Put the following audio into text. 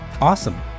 Awesome